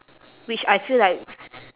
which I feel like